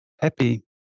happy